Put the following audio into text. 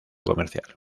comercial